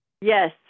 Yes